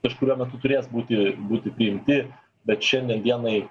kažkuriuo metu turės būti būti priimti bet šiandien dienai